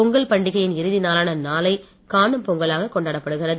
பொங்கல் பண்டிகையின் இறுதி நாளான நாளை காணும் பொங்கலாக கொண்டாடப்படுகிறது